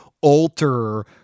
alter